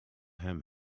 hem